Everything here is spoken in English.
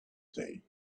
day